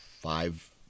five